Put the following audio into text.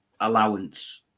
allowance